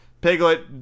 Piglet